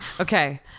Okay